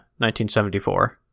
1974